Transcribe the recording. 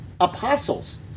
apostles